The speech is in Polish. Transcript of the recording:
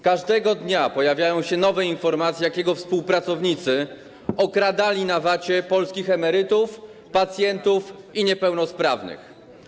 Każdego dnia pojawiają się nowe informacje, jak jego współpracownicy okradali, oszukując na VAT, polskich emerytów, pacjentów i niepełnosprawnych.